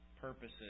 purposes